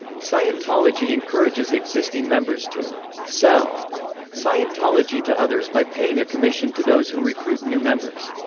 scientology encourages existing members to sell scientology to others by paying a commission to those who recruit new members.